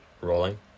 rolling